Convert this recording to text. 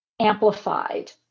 amplified